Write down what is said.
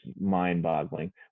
mind-boggling